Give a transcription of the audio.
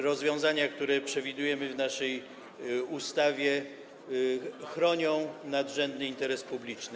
Rozwiązania, które przewidujemy w naszej ustawie, chronią nadrzędny interes publiczny.